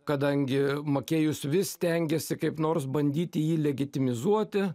kadangi makėjus vis stengėsi kaip nors bandyti jį legetimizuoti